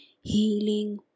healing